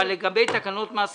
אבל לגבי תקנות מס רכוש,